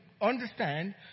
understand